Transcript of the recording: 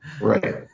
Right